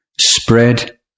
spread